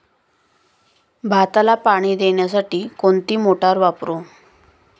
भाताला पाणी देण्यासाठी कोणती मोटार वापरू?